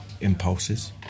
impulses